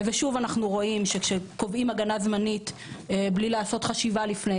ושוב אנחנו רואים שכשקובעים הגנה זמנית בלי לעשות חשיבה לפני,